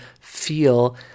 feel